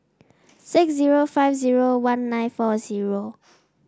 six zero five zero one nine four zero